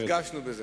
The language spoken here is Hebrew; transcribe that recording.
הרגשנו בזה.